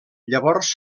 llavors